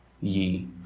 ye